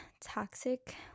toxic